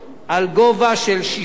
בגובה של 16%,